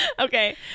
Okay